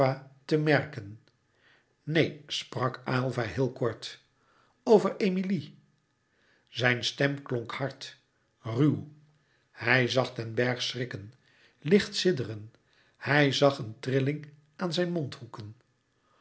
te merken neen sprak aylva heel kort over emilie zijn stem klonk hard ruw hij zag den bergh schrikken licht sidderen hij zag een trilling aan zijn mondhoeken